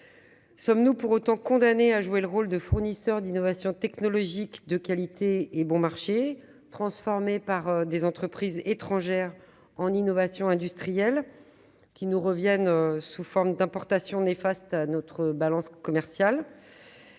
Sommes-nous pour autant condamnés à jouer le rôle de fournisseur d'innovations technologiques de qualité et bon marché, transformées par des entreprises étrangères en innovations industrielles, nous revenant sous forme d'importations néfastes à notre balance commerciale ?